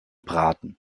braten